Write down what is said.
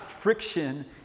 friction